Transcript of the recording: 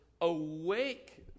awake